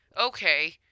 okay